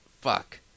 fuck